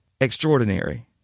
extraordinary